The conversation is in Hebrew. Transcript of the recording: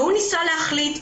והוא ניסה להחליט,